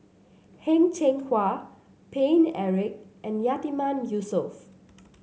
Heng Cheng Hwa Paine Eric and Yatiman Yusof